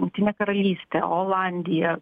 jungtinę karalystę olandiją